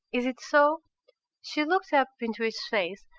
is it so she looked up into his face,